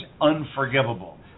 unforgivable